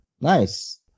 nice